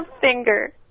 Finger